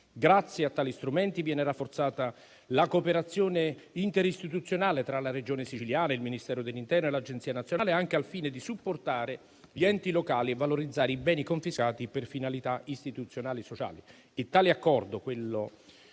Grazie a tali strumenti viene rafforzata la cooperazione interistituzionale tra la Regione Siciliana, il Ministero dell'interno e l'Agenzia nazionale, anche al fine di supportare gli enti locali e valorizzare i beni confiscati per finalità istituzionali e sociali.